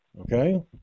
Okay